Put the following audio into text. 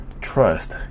trust